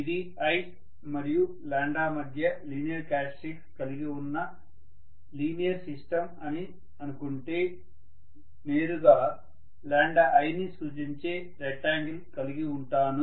ఇది i మరియు మధ్య లీనియర్ క్యారెక్టర్స్టిక్స్ కలిగి ఉన్న లీనియర్ సిస్టం అని అనుకుంటే నేరుగా iని సూచించే రెక్టాంగిల్ కలిగివుంటాను